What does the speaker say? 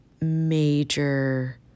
major